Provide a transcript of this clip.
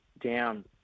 down